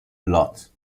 lot